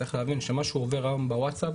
צריך להבין שמה שעובר היום בוואטסאפ